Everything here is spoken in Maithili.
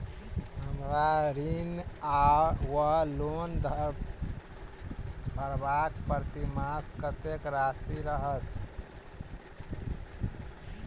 हम्मर ऋण वा लोन भरबाक प्रतिमास कत्तेक राशि रहत?